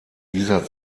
dieser